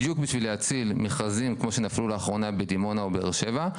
בדיוק בשביל להציל מכרזים כמו שנפלו לאחרונה בדימונה ובאר שבע.